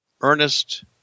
Ernest